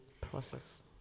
process